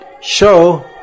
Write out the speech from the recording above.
show